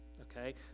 Okay